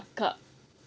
ya